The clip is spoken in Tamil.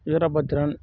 வீரபத்ரன்